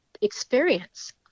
experience